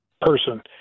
person